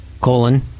colon